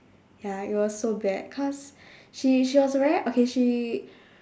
ya it was so bad cause she she was very okay she